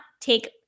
take